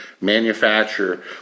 manufacture